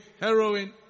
heroin